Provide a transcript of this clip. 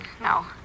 No